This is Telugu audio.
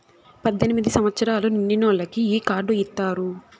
పద్దెనిమిది సంవచ్చరాలు నిండినోళ్ళకి ఈ కార్డు ఇత్తారు